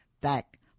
back